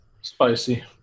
Spicy